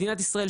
מדינת ישראל,